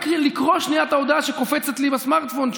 אלא רק לקרוא שנייה את ההודעה שקופצת לי בסמארטפון.